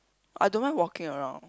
I don't mind walking around